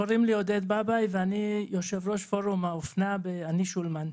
אני יושב-ראש פורום האופנה ב"אני שולמן".